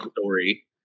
story